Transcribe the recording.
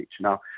Now